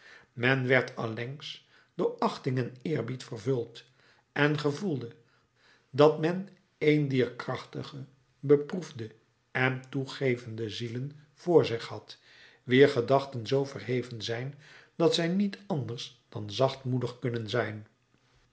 men werd allengs door achting en eerbied vervuld en gevoelde dat men een dier krachtige beproefde en toegevende zielen voor zich had wier gedachten zoo verheven zijn dat zij niet anders dan zachtmoedig kunnen zijn